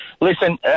Listen